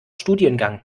studiengang